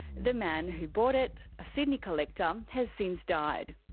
the man who bought it, a sydney collector, um has since died.